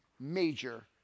major